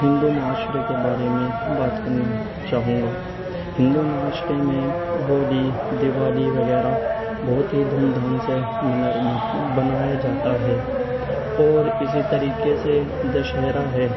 ہندو معاشرے کے بارے میں بات کرنا چاہونگا ہندو معاشرے میں ہولی دیوالی وغیرہ بہت ہی دھوم دھام سے بنایا جاتا ہے اور اسی طریقے سے دشہرا ہے